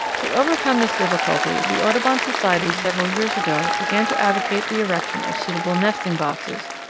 to overcome this difficulty the audubon society several years ago began to advocate the erection of suitable nesting boxes,